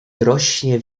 rośnie